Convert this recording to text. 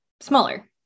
smaller